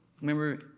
remember